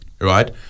right